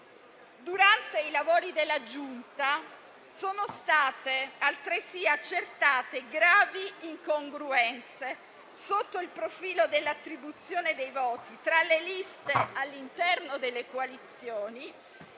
Durante i lavori della Giunta sono state altresì accertate gravi incongruenze sotto il profilo dell'attribuzione dei voti tra le liste all'interno delle coalizioni,